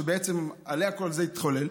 שבעצם עליה כל זה התחולל.